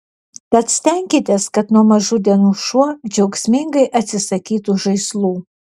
tad stenkitės kad nuo mažų dienų šuo džiaugsmingai atsisakytų žaislų